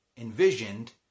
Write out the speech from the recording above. envisioned